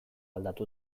aldatu